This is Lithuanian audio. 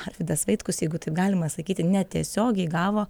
arvydas vaitkus jeigu taip galima sakyti netiesiogiai gavo